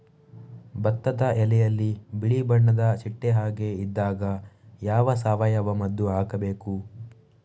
ಭತ್ತದ ಎಲೆಯಲ್ಲಿ ಬಿಳಿ ಬಣ್ಣದ ಚಿಟ್ಟೆ ಹಾಗೆ ಇದ್ದಾಗ ಯಾವ ಸಾವಯವ ಮದ್ದು ಹಾಕಬೇಕು?